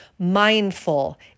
mindful